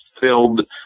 filled